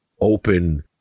open